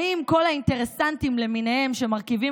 האם כל האינטרסנטים למיניהם שמרכיבים